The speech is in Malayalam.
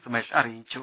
സുമേഷ് അറിയിച്ചു